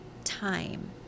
time